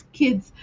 kids